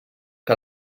que